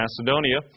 Macedonia